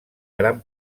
gran